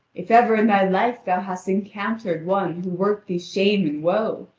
if ever in thy life thou hast encountered one who worked thee shame and woe,